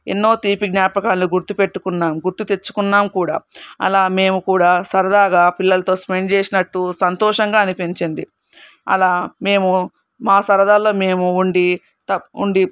ఎన్నో తీపి జ్ఞాపకాలు గుర్తు పెట్టుకున్నాం గుర్తు తెచ్చుకున్నాం కూడా అలా మేము కూడా సరదాగా పిల్లలతో స్పెండ్ చేసినట్టు సంతోషంగా అనిపించింది అలా మేము మా సరదాలో మేము ఉండి ఉండి